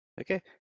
okay